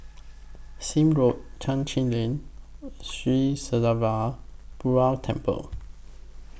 Sime Road Chai Chee Lane Sri Srinivasa Perumal Temple